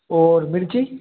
और मिर्ची